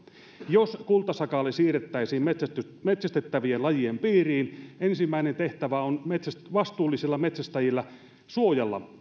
jos kultasakaali siirrettäisiin metsästettävien lajien piiriin ensimmäinen tehtävä on vastuullisilla metsästäjillä suojella